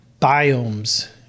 biomes